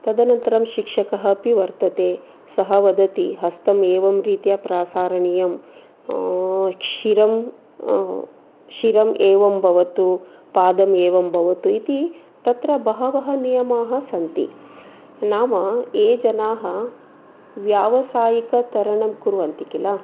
तदनन्तरं शिक्षकः अपि वर्तते सः वदति हस्तम् एवं रीत्या प्रासारणीयम् शिरं शिरम् एवं भवतु पादम् एवं भवतु इति तत्र बहवः नियमाः सन्ति नाम ये जनाः व्यावसायिकतरणं कुर्वन्ति खिल